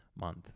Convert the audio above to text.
month